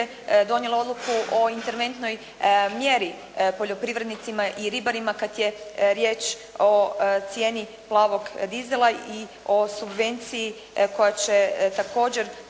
donijela odluku o interventnoj mjeri poljoprivrednicima i ribarima kada je riječ o cijeni plavog dizela i o subvenciji koja će također